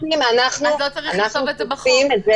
לא צריך לכתוב את זה בחוק.